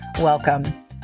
welcome